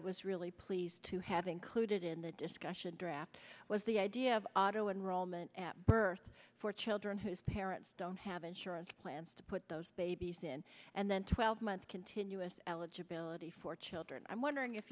was really pleased to have included in the discussion draft was the idea of auto enroll meant at birth for children whose parents don't have insurance plans to put those babies in and then twelve months continuous eligibility for children i'm wondering if